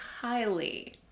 highly